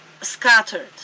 scattered